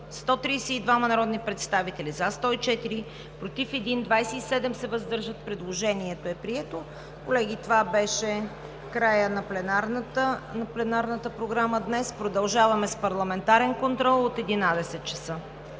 132 народни представители: за 104, против 1, въздържали се 27. Предложението е прието. Колеги, това беше краят на пленарната програма за днес. Продължаваме с парламентарен контрол от 11,00 ч.